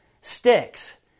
Sticks